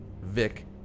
Vic